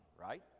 right